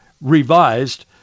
revised